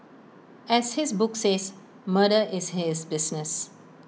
as his book says murder is his business